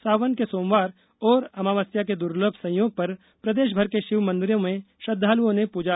सावन के सोमवार और अमावस्या के दुर्लभ संयोग पर प्रदेशभर के शिव मंदिरों में श्रद्धालुओं ने पूजा अर्चना की